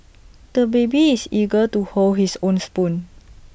the baby is eager to hold his own spoon